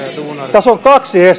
tässä on kaksi